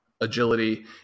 agility